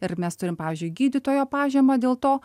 ir mes turim pavyzdžiui gydytojo pažymą dėl to